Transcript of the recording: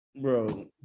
Bro